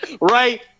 right